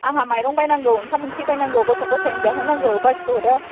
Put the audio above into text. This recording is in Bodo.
आंहा माइरं बायनांगौ ओंखाम ओंख्रि बायनांगौ गथ' गथाइनो जाहोनो नांगौ बाखि हरा